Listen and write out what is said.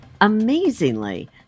Amazingly